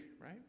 right